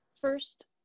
first